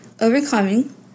overcoming